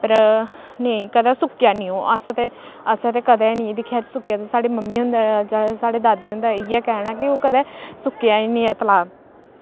पर नेईं कदै ओह् सुक्केआ हैन्नी ओह् अस ते असें ते कदै निं दिक्खेआ सुक्केआ ते साढ़ी मम्मी हुंदे जां साढ़ी दादी हुंदा इ'यै कैह्ना ऐ कि ओह् कदै सुक्केआ गै निं ऐ तलाऽ